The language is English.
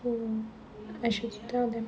oh I should tell them